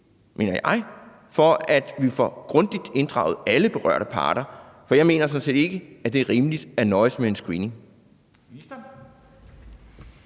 mener jeg, for at vi grundigt får inddraget alle berørte parter, og jeg mener sådan set ikke, at det er rimeligt at nøjes med en screening.